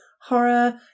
horror